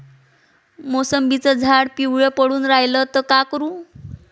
मोसंबीचं झाड पिवळं पडून रायलं त का करू?